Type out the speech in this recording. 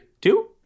Two